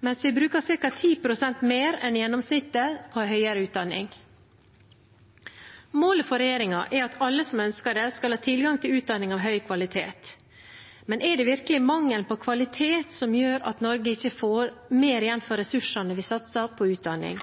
mens vi bruker ca. 10 pst. mer enn gjennomsnittet på høyere utdanning. Målet for regjeringen er at alle som ønsker det, skal ha tilgang til utdanning av høy kvalitet. Men er det virkelig mangel på kvalitet som gjør at Norge ikke får mer igjen for ressursene vi satser på utdanning?